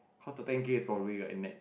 how to bang it for real like net